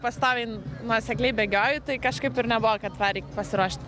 pastoviai nuosekliai bėgioju tai kažkaip ir nebuvo kad va reik pasiruošt